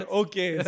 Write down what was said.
okay